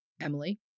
Emily